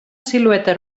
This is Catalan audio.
silueta